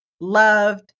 loved